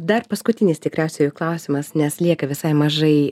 dar paskutinis tikriausiai jau klausimas nes lieka visai mažai